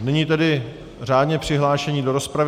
Nyní tedy řádně přihlášení do rozpravy.